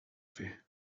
fer